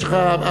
יש לך,